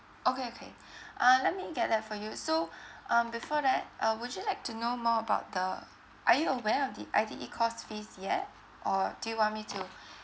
okay okay ah let me get that for you so um before that uh would you like to know more about the are you aware of the I_T_E course fees yet or do you want me to